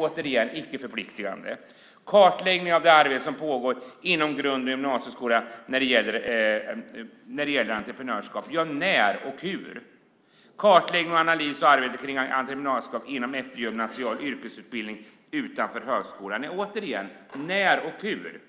återigen icke-förpliktande. Kartläggning av det arbete som pågår inom grund och gymnasieskolan när det gäller entreprenörskap. När och hur ska det ske? Kartläggning och analys av arbete kring entreprenörskap inom eftergymnasial yrkesutbildning utanför högskolan ska ske. Återigen: När och hur ska det ske?